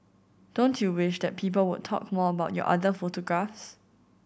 don't you wish that people would talk more about your other photographs